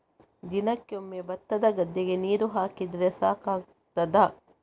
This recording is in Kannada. ದಿನಕ್ಕೆ ಒಮ್ಮೆ ಭತ್ತದ ಗದ್ದೆಗೆ ನೀರು ಹಾಕಿದ್ರೆ ಸಾಕಾಗ್ತದ?